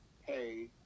hey